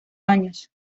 años